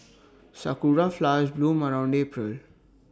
Sakura Flowers bloom around April